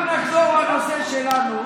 אנחנו נחזור לנושא שלנו.